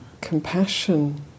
compassion